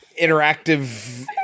interactive